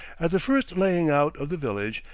at the first laying out of the village,